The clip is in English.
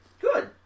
Good